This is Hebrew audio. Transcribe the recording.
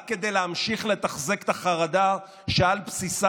רק כדי להמשיך לתחזק את החרדה שעל בסיסה